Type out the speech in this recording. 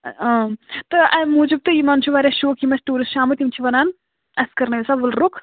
ۭ تہٕ اَمہِ موٗجوٗب تہٕ یِمَن چھُ واریاہ شوق یِم اَسہِ ٹوٗرِسٹ چھِ آمٕتۍ یِم چھِ وَنان اَسہِ کَرنٲیو سا وَلرُک